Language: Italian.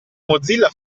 mozilla